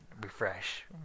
Refresh